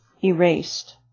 erased